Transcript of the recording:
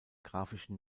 graphischen